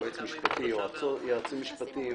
יועצים משפטיים,